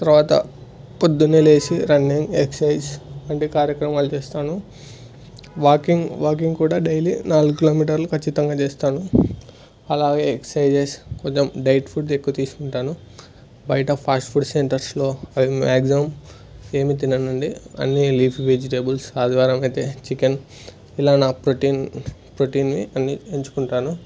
తర్వాత ప్రొద్దున లేచి రన్నింగ్ ఎక్ససైజ్ వంటి కార్యక్రమాలు చేస్తాను వాకింగ్ వాకింగ్ కూడా డైలీ నాలుగు కిలోమీటర్లు ఖచ్చితంగా చేస్తాను అలాగే ఎక్ససైజెస్ కొంచెం డైట్ ఫుడ్ ఎక్కువ తీసుకుంటాను బయట ఫాస్ట్ ఫుడ్ సెంటర్స్లో అవి మ్యాక్సిమం ఏమి తినను అండి అన్ని లీఫీ వెజిటేబుల్స్ ఆదివారం అయితే చికెన్ ఇలా నా ప్రోటీన్ ప్రోటీన్ ఇవి అన్ని ఎంచుకుంటాను